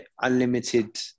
unlimited